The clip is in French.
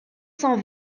cent